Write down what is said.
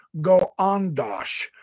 Goandosh